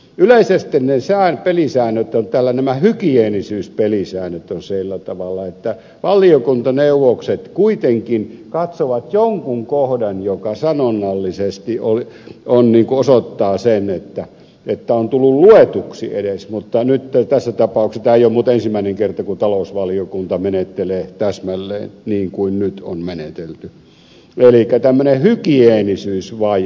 yleisesti täällä nämä hygieenisyyspelisäännöt ovat sillä tavalla että valiokuntaneuvokset kuitenkin katsovat jonkun kohdan joka sanonnallisesti osoittaa sen että on tullut luetuksi edes mutta nyt tässä tapauksessa tämä ei ole muuten ensimmäinen kerta kun talousvaliokunta menettelee täsmälleen niin kuin nyt on menetelty on tämmöinen hygieenisyysvaje